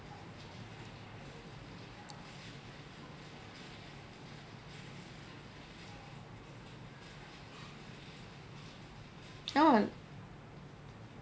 no